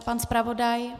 Pan zpravodaj?